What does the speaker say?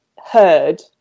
heard